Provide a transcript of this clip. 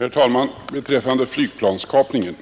Herr talman! Beträffande flygplanskapningen